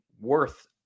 worth